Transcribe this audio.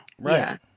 Right